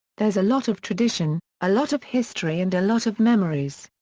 there's a lot of tradition, a lot of history and a lot of memories.